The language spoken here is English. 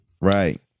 Right